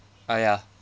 ah ya